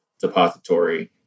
depository